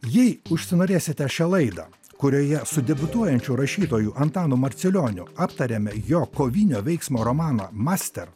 jei užsinorėsite šią laidą kurioje su debiutuojančiu rašytoju antanu marciulioniu aptarėme jo kovinio veiksmo romaną master